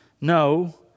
No